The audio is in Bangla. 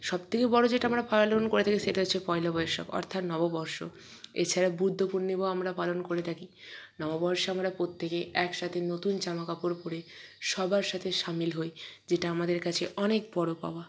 সবথেকে বড় যেটা আমরা করে থাকি সেটা হচ্ছে পয়লা বৈশাখ অর্থাৎ নববর্ষ এছাড়া বুদ্ধ পূর্ণিমাও আমরা পালন করে থাকি নববর্ষে আমরা প্রত্যেকে একসাথে নতুন জামাকাপড় পরে সবার সাথে সামিল হই যেটা আমাদের কাছে অনেক বড় পাওয়া